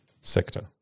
sector